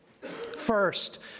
First